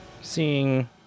seeing